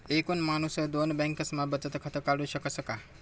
एक माणूस दोन बँकास्मा बचत खातं काढु शकस का?